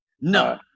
No